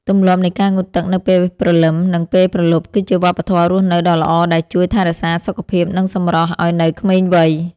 ទម្លាប់នៃការងូតទឹកនៅពេលព្រលឹមនិងពេលព្រលប់គឺជាវប្បធម៌រស់នៅដ៏ល្អដែលជួយថែរក្សាសុខភាពនិងសម្រស់ឱ្យនៅក្មេងវ័យ។